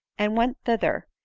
and went thither,